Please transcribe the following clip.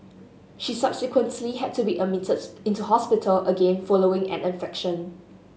she subsequently had to be admitted into hospital again following an infection